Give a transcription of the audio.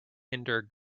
hinder